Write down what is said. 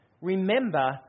remember